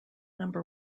number